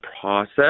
process